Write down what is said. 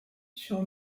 sur